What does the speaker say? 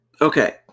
Okay